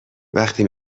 وقتی